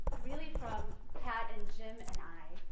really from pat and jim and i.